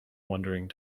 wondering